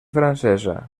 francesa